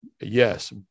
yes